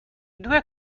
due